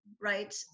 right